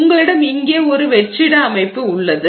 உங்களிடம் இங்கே ஒரு வெற்றிட அமைப்பு உள்ளது